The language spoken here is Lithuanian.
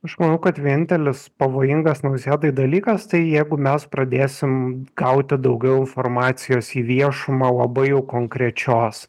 aš manau kad vienintelis pavojingas nausėdai dalykas tai jeigu mes pradėsim gauti daugiau informacijos į viešumą labai jau konkrečios